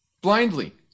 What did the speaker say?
blindly